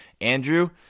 Andrew